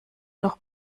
noch